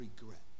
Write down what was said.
regret